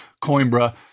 Coimbra